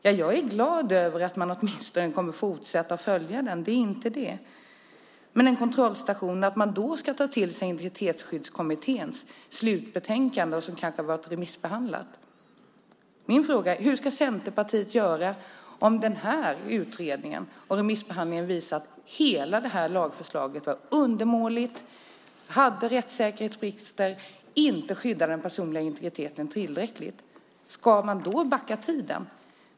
Ja, jag är glad över att man åtminstone kommer att fortsätta följa detta - det är inte det. Men man vill ha en kontrollstation, och man vill att man då ska ta till sig Integritetsskyddskommitténs slutbetänkande som kanske har varit remissbehandlat. Min fråga är: Hur ska Centerpartiet göra om den här utredningen och remissbehandlingen visar att hela det här lagförslaget var undermåligt, hade rättssäkerhetsbrister och inte skyddar den personliga integriteten tillräckligt? Ska man då backa tiden?